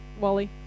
Wally